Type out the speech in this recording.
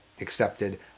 accepted